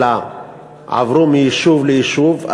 אלא עברו מיישוב ליישוב,